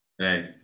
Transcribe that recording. Right